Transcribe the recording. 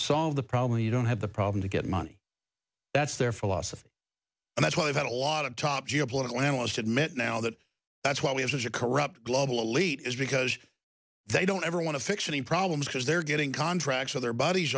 solve the problem you don't have the problem to get money that's their philosophy and that's why i've had a lot of top geopolitical analyst admit now that that's why we have such a corrupt global elite is because they don't ever want to fix any problems because they're getting contracts so their buddies